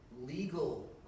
legal